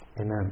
Amen